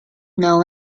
know